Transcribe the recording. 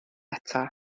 eto